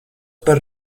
par